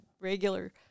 regular